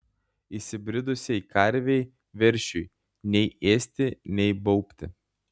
įsibridusiai karvei veršiui nei ėsti nei baubti